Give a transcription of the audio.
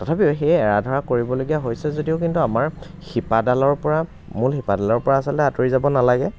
তথাপিও সেই এৰা ধৰা কৰিবলগীয়া হৈছে যদিও কিন্তু আমাৰ শিপাডালৰ পৰা মূল শিপাডালৰ পৰা আচলতে আঁতৰি যাব নালাগে